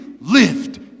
lift